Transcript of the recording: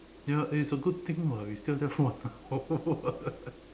ya eh it's a good thing [what] we stand there for one hour